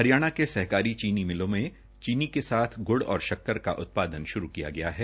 हरियाणा के सरकारी चीनी मिलों में चीनी के साथ गुड़ और शक्कर का उत्पादन शुरू किया गया है